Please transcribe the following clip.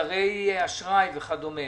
מודרי אשראי וכדומה.